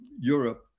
Europe